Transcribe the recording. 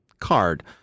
card